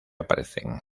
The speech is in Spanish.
aparecen